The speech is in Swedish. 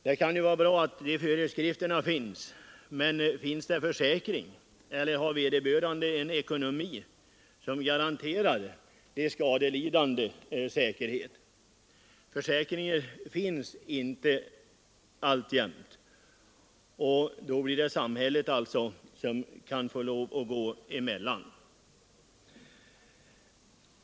Det kan vara bra att de föreskrifterna finns, men finns det försäkring eller har vederbörande ägare en ekonomi som verkligen ger de skadelidande säkerhet? Försäkring finns alltjämt inte, och då kan det alltså bli samhället som får lov att gå emellan.